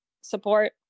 support